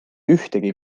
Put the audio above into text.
ühtegi